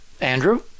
Andrew